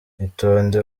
itonde